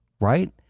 Right